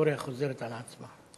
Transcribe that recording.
ההיסטוריה חוזרת על עצמה.